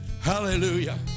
hallelujah